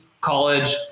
college